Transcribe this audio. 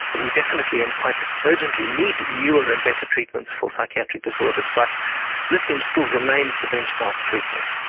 we definitely and quite urgently need newer and better treatments for psychiatric disorders but lithium still remains the benchmark treatment.